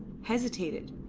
hesitated,